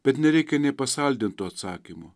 bet nereikia nė pasaldintų atsakymų